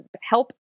help